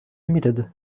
limited